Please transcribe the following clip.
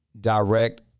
direct